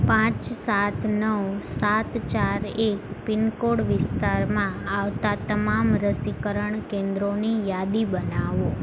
પાંચ સાત નવ સાત ચાર એક પિન કોડ વિસ્તારમાં આવતાં તમામ રસીકરણ કેન્દ્રોની યાદી બનાવો